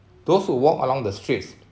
those who walk along the streets